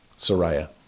Sariah